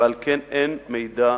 ועל כן אין מידע,